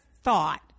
thought